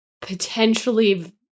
potentially